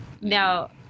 Now